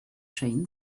chain